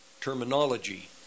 terminology